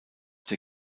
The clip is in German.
der